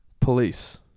police